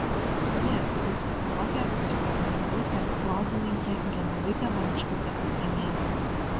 ji tai psichologė psichoterapeutė prozininkė genovaitė bončkutė petronienė